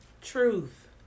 Truth